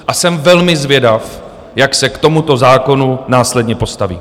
A jsem velmi zvědav, jak se k tomuto zákonu následně postaví.